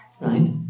right